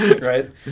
right